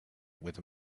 with